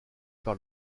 par